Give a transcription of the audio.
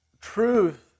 Truth